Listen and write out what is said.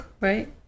Right